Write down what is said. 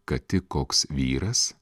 kad tik koks vyras